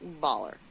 baller